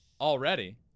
already